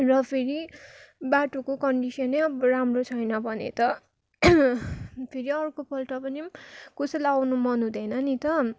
र फेरि बाटोको कन्डिसन अब राम्रो छैन भने त फेरि अर्को पल्ट पनि कसैलाई आउनु मन हुँदैन नि त